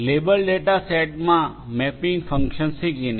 label data સેટમાં mapping function શીખીને